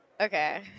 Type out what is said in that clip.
Okay